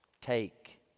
take